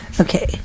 Okay